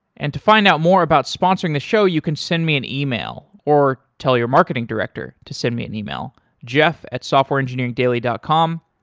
and to find out more about sponsoring the show, you can send me an ah e-mail or tell your marketing director to send me an e-mail jeff at softwareengineeringdaily dot com.